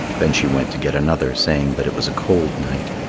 then she went to get another, saying that it was a cold night.